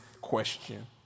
question